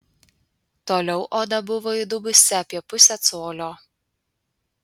toliau oda buvo įdubusi apie pusę colio